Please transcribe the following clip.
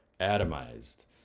atomized